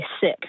sick